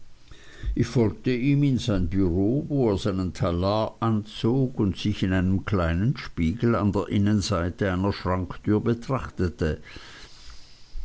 ich folgte ihm in sein bureau wo er seinen talar anzog und sich in einem kleinen spiegel an der innenseite einer schranktür betrachtete